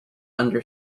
under